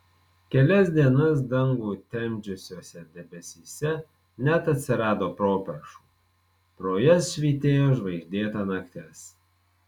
kelias dienas dangų temdžiusiuose debesyse net atsirado properšų pro jas švytėjo žvaigždėta naktis